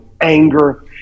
anger